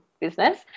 business